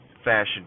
Fashion